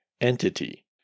entity